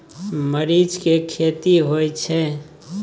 मरीच के खेती होय छय?